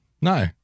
no